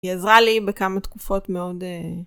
היא עזרה לי בכמה תקופות מאוד.